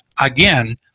again